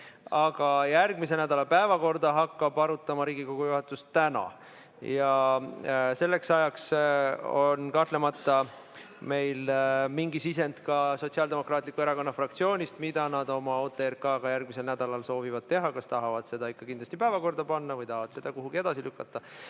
Järgmise nädala päevakorda hakkab arutama Riigikogu juhatus täna ja selleks ajaks on kahtlemata meil mingi sisend ka Sotsiaaldemokraatliku Erakonna fraktsioonist, mida nad oma OTRK-ga järgmisel nädalal soovivad teha, kas tahavad seda ikka kindlasti päevakorda panna või tahavad seda kuhugi edasi lükata.